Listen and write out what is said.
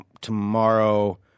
tomorrow